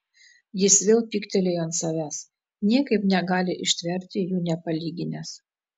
jis vėl pyktelėjo ant savęs niekaip negali ištverti jų nepalyginęs